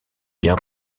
bien